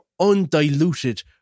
undiluted